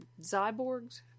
cyborgs